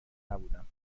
نبودم